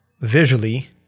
visually